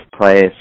place